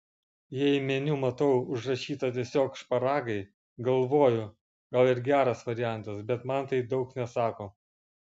jei meniu matau užrašyta tiesiog šparagai galvoju gal ir geras variantas bet man tai daug nesako